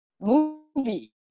movie